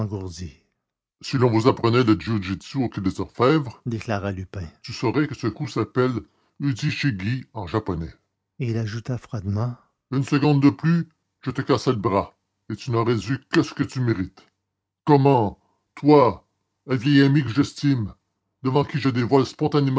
si l'on vous apprenait le jiu jitsu au quai des orfèvres déclara lupin vous sauriez que ce coup s'appelle udi shi ghi en japonais et il ajouta froidement une seconde de plus je vous cassais le bras et vous n'auriez eu que ce que vous méritez comment vous un vieil ami que j'estime devant qui je dévoile